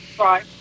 Right